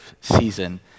season